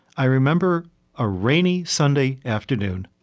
i remember a rainy sunday afternoon.